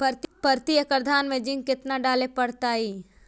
प्रती एकड़ धान मे जिंक कतना डाले पड़ताई?